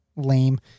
lame